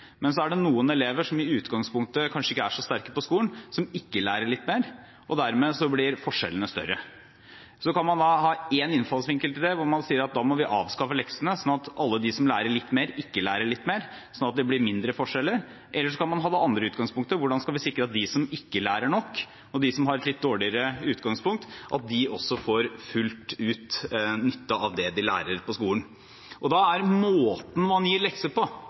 Men så er det noen elever som i utgangspunktet kanskje ikke er så sterke på skolen, som ikke lærer litt mer, og dermed blir forskjellene større. Så kan man ha en innfallsvinkel til det hvor man sier at da må man avskaffe leksene, sånn at alle de som lærer litt mer, ikke lærer litt mer, sånn at det blir mindre forskjeller. Eller man kan ha det andre utgangspunktet: Hvordan skal vi sikre at de som ikke lærer nok, og de som har et litt dårligere utgangspunkt, også får fullt ut nytte av det de lærer på skolen? Da er måten man gir lekser på,